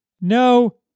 No